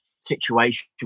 situation